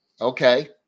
Okay